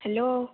hello